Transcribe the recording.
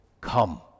come